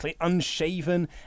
unshaven